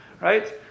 right